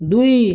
ଦୁଇ